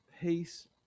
peace